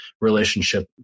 relationship